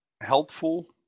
helpful